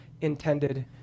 intended